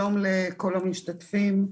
שלום לכל המשתתפים.